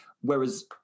Whereas